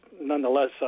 nonetheless